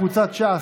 אופיר כץ,